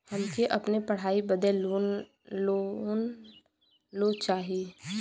हमके अपने पढ़ाई बदे लोन लो चाही?